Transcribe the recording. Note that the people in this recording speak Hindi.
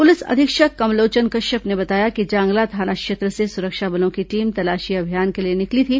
पुलिस अधीक्षक कमलोचन कश्यप ने बताया कि जांगला थाना क्षेत्र से सुरक्षा बलों की टीम तलाशी अभियान के लिए निकली थी